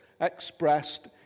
expressed